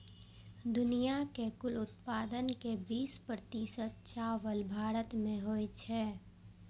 दुनिया के कुल उत्पादन के बीस प्रतिशत चावल भारत मे होइ छै